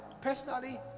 personally